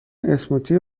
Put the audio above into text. اسموتی